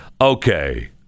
okay